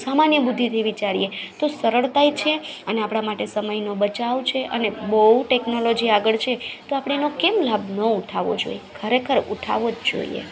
સામાન્ય બુદ્ધિથી વિચારીએ તો સરળતાય છે અને આપણા માટે સમય બચાવ છે અને બહુ ટેક્નોલોજી આગળ છે તો આપણે એનો કેમ લાભ ન ઉઠાવો જોઈએ ખરેખર ઉઠાવો જ જોઈએ